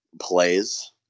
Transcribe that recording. plays